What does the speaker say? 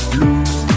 lose